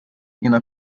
inner